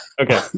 Okay